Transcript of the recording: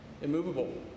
immovable